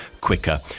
quicker